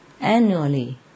annually